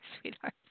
sweetheart